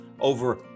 over